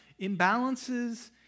imbalances